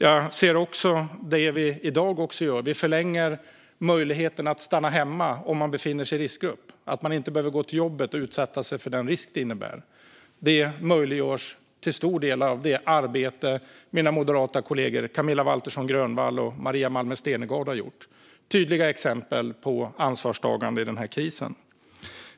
I dag förlänger vi också möjligheten att stanna hemma om man befinner sig i riskgrupp så att man slipper gå till jobbet och utsätta sig för den risk som det innebär. Det möjliggörs till stor del av det arbete som mina moderata kollegor Camilla Waltersson Grönvall och Maria Malmer Stenergard har gjort. Detta är tydliga exempel på ansvarstagande i den här krisen.